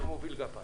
מוביל גפ"מ.